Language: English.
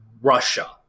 Russia